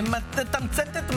התשפ"ג 2023,